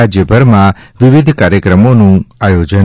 રાજયભરમાં વિવિધ કાર્યક્રમોનું આયોજન